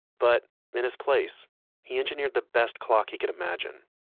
but in his place he engineered the best clock he could imagine